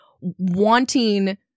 wanting